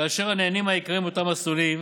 כאשר הנהנים העיקריים מאותם מסלולים